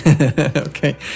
Okay